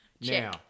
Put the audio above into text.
Now